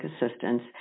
assistance